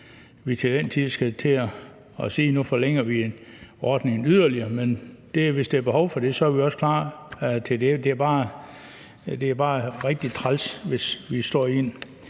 vi til den tid skal til at sige, at nu forlænger vi ordningen yderligere. Men hvis der er behov for det, er vi også klar til det. Det er bare rigtig træls, hvis vi står i